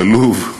בלוב?